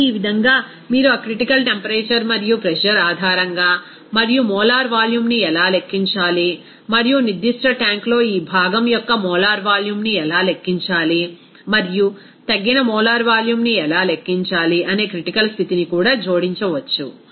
కాబట్టి ఈ విధంగా మీరు ఆ క్రిటికల్ టెంపరేచర్ మరియు ప్రెజర్ ఆధారంగా మరియు మోలార్ వాల్యూమ్ను ఎలా లెక్కించాలి మరియు నిర్దిష్ట ట్యాంక్లో ఈ భాగం యొక్క మోలార్ వాల్యూమ్ను ఎలా లెక్కించాలి మరియు తగ్గిన మోలార్ వాల్యూమ్ను ఎలా లెక్కించాలి అనే క్రిటికల్ స్థితిని కూడా జోడించవచ్చు